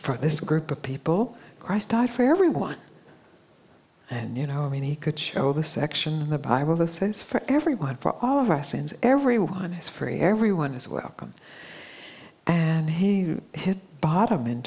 for this group of people christ died for everyone and you know i mean he could show the section of the bible that says for everyone for all of us and everyone is free everyone is welcome and he hit bottom in